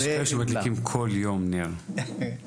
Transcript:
יש כאלה שמדלקים נר בכל יום, נכון?